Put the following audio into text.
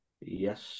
Yes